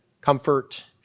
comfort